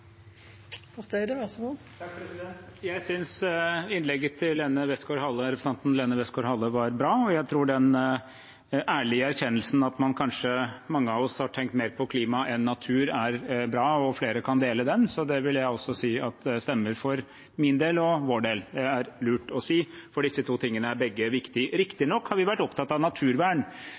Jeg synes innlegget til representanten Lene Westgaard-Halle var bra, og jeg tror den ærlige erkjennelsen av at mange av oss kanskje har tenkt mer på klimaet enn på naturen, er bra, og at flere kan dele den. Det vil jeg også si stemmer for min del, og vår del. Det er det lurt å si, for begge disse to tingene er viktige. Riktignok har vi i stor grad vært opptatt av naturvern,